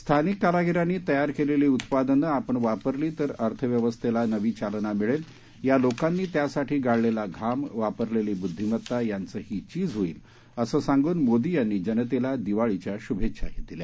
स्थानिक कारागिरांनी तयार केलेली उत्पादनं आपण वापरली तर अर्थव्यवस्थेला नवी चालना मिळेल या लोकांनी त्यासाठी गाळलेला घाम वापरलेली बुद्धिमत्ता यांचही चीज होईल असं सांगून मोदी यांनी जनतेला दिवाळीच्या शुमेच्छाही दिल्या